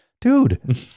dude